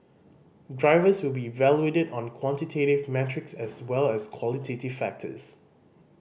drivers will be evaluated on quantitative metrics as well as qualitative factors